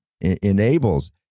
enables